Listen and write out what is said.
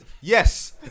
yes